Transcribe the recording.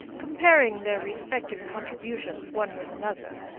comparing their respective contributions one with another.